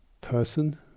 person